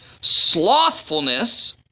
slothfulness